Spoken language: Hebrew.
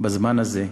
בזמן הזה,